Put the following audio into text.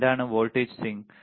എന്താണ് voltage swing